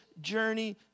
journey